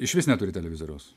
išvis neturi televizoriaus